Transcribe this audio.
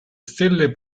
stelle